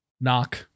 knock